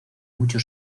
mucho